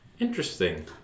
Interesting